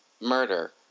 murder